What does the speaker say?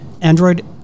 Android